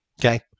Okay